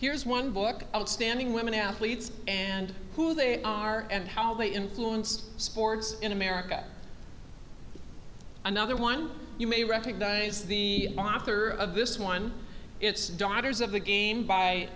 here's one book outstanding women athletes and who they are and how they influenced sports in america another one you may recognize the doctor of this one it's the daughters of the game by